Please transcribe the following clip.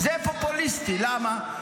זה פופוליסטי, למה?